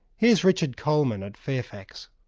here's richard coleman at fairfax.